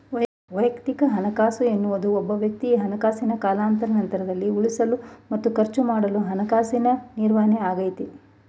ವೈಯಕ್ತಿಕ ಹಣಕಾಸು ಎನ್ನುವುದು ಒಬ್ಬವ್ಯಕ್ತಿ ಹಣಕಾಸಿನ ಕಾಲಾನಂತ್ರದಲ್ಲಿ ಉಳಿಸಲು ಮತ್ತು ಖರ್ಚುಮಾಡಲು ಹಣಕಾಸಿನ ನಿರ್ವಹಣೆಯಾಗೈತೆ